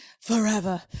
forever